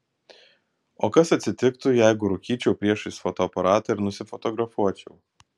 o kas atsitiktų jeigu rūkyčiau priešais fotoaparatą ir nusifotografuočiau